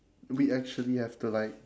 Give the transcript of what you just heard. we actually have to like